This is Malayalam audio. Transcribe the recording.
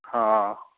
ആ ആ ആ